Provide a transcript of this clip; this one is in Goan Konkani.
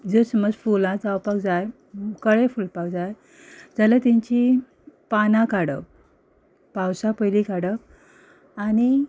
जस्ट मात फुलां जावपाक जाय कळे फुलपाक जाय जाल्यार तेंचीं पानां काडप पावसा पयलीं काडप आनी